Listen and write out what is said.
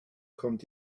kommt